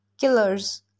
killers